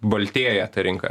baltėja ta rinka